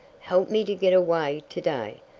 help me to get away to-day,